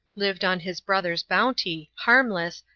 lived on his brother's bounty, harmless,